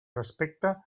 respecte